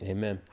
Amen